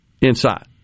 inside